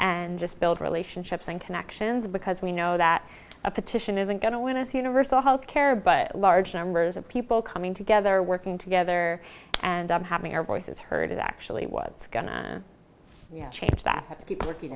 and just build relationships and connections because we know that a petition isn't going to win us universal health care but large numbers of people coming together working together and having our voices heard is actually was going to yes change that to keep working